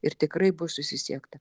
ir tikrai bus susisiekta